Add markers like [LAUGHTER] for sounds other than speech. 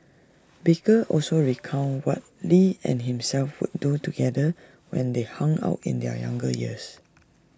[NOISE] baker also recounted what lee and himself would do together when they hung out in their younger years